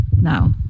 now